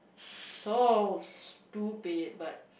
so stupid but